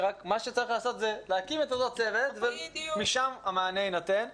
שמה שצריך לעשות זה להקים את אותו צוות ומשם המענה יינתן.